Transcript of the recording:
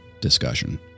discussion